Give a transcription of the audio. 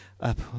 up